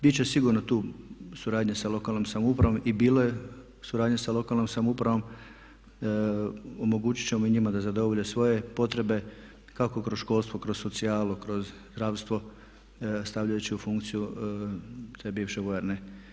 Bit će sigurno tu suradnje sa lokalnom samoupravom, i bilo je suradnje sa lokalnom samoupravom, omogućit ćemo i njima da zadovolje svoje potrebe kako kroz školstvo, kroz socijalu, kroz zdravstvo stavljajući u funkciju te bivše vojarne.